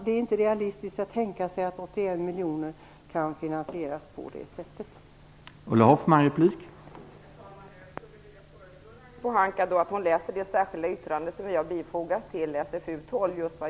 Det är inte realistiskt att tänka att 81 miljoner kan finansieras på det sätt som föreslagits.